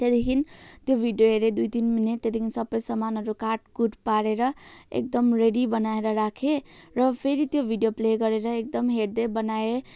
त्यहाँदेखि त्यो भिडियो हेरेँ दुई तिन मिनट त्यहाँदेखि सबै सामानहरू काटकुट पारेर एकदम रेडी बनाएर राखेँ र फेरि त्यो भिडियो प्ले गरेर एकदम हेर्दै बनाएँ